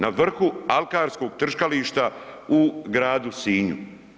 Na vrhu alkarskog trkališta u gradu Sinju.